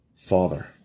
father